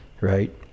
right